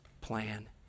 plan